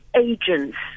agents